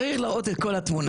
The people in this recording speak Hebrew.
צריך להראות את כל התמונה.